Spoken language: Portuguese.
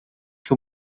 que